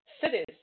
Cities